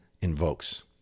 invokes